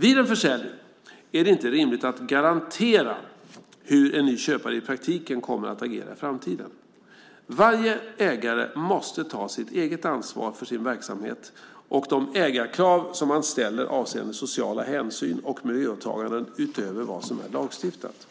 Vid en försäljning är det inte rimligt att garantera hur en ny köpare i praktiken kommer att agera i framtiden. Varje ägare måste ta sitt eget ansvar för sin verksamhet och de ägarkrav som man ställer avseende sociala hänsyn och miljöåtaganden utöver vad som är lagstiftat.